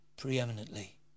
preeminently